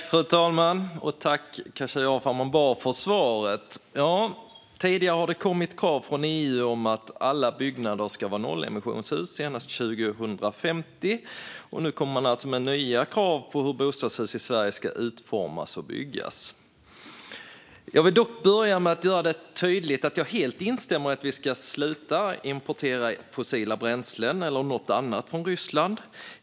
Fru talman! Tack, Khashayar Farmanbar, för svaret! Tidigare har det kommit krav från EU om att alla byggnader ska vara nollemissionshus senast 2050, och nu kommer man alltså med nya krav på hur bostadshus i Sverige ska utformas och byggas. Jag vill dock börja med att göra det tydligt att jag helt instämmer i att vi ska sluta importera fossila bränslen eller något annat från Ryssland.